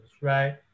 right